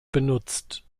benutzt